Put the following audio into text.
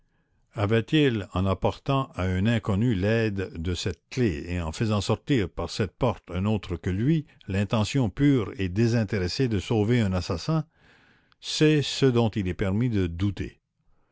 avait-il en apportant à un inconnu l'aide de cette clef et en faisant sortir par cette porte un autre que lui l'intention pure et désintéressée de sauver un assassin c'est ce dont il est permis de douter